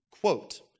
quote